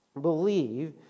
believe